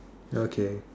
okay